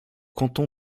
canton